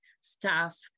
staff